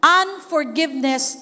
unforgiveness